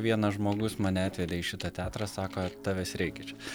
vienas žmogus mane atvedė į šitą teatrą sako tavęs reikia čia